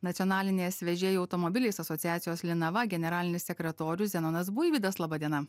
nacionalinės vežėjų automobiliais asociacijos linava generalinis sekretorius zenonas buivydas laba diena